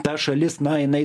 ta šalis na jinai